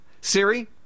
Siri